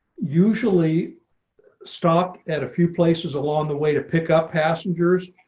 usually stop at a few places along the way to pick up passengers,